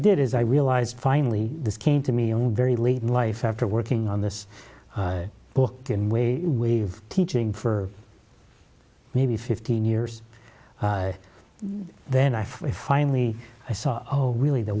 did is i realized finally this came to me i'm very late in life after working on this book and we teaching for maybe fifteen years then i finally i saw oh really the